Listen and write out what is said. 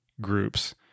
groups